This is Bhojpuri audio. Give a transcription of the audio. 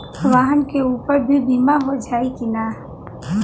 वाहन के ऊपर भी बीमा हो जाई की ना?